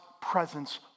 presence